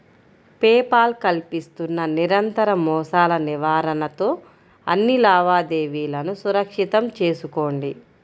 pay Paul కల్పిస్తున్న నిరంతర మోసాల నివారణతో అన్ని లావాదేవీలను సురక్షితం చేసుకోండి